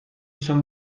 son